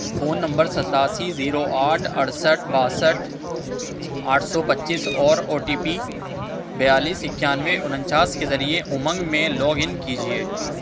phone number ستاسی zero آٹھ اڑسٹھ باسٹھ آٹھ سو پچیس اور او ٹی پی بیالیس اکیانوے اننچاس کے ذریعے امنگ میں لاگ ان کیجیے